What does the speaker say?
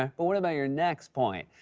um but what about your next point?